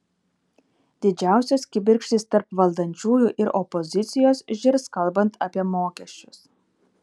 didžiausios kibirkštys tarp valdančiųjų ir opozicijos žirs kalbant apie mokesčius